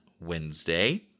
wednesday